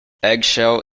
eggshell